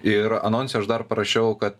ir anonse aš dar parašiau kad